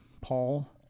Paul